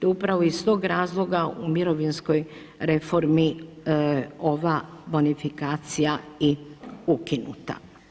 Upravo iz tog razloga, u mirovinskoj reformi ova bonifikacija i ukinuta.